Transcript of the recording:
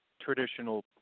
traditional